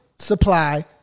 Supply